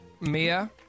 Mia